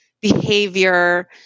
behavior